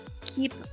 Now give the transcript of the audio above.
keep